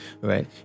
right